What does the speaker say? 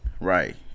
Right